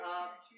up